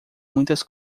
muitas